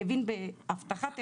מבין באבטחת איכות,